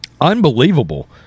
Unbelievable